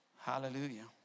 Hallelujah